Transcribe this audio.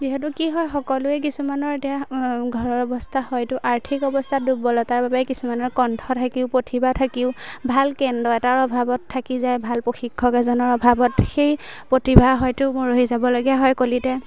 যিহেতু কি হয় সকলোৱে কিছুমানৰ এতিয়া ঘৰৰ অৱস্থা হয়তো আৰ্থিক অৱস্থাত দুৰ্বলতাৰ বাবে কিছুমানৰ কণ্ঠ থাকিও প্ৰতিভা থাকিও ভাল কেন্দ্ৰ এটাৰ অভাৱত থাকি যায় ভাল প্ৰশিক্ষক এজনৰ অভাৱত সেই প্ৰতিভা হয়তো মৰহি যাবলগীয়া হয় কলিতে